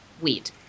weed